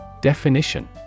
Definition